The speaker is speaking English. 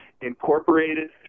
incorporated